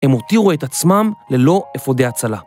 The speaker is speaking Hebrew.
הם הותירו את עצמם ללא אפודי הצלה.